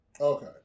Okay